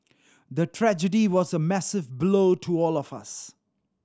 the tragedy was a massive blow to all of us